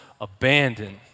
abandoned